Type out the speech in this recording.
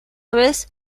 vez